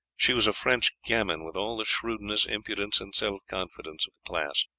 she was a french gamin, with all the shrewdness, impudence, and self-confidence of the class.